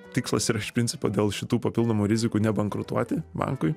tikslas yra iš principo dėl šitų papildomų rizikų nebankrutuoti bankui